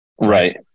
Right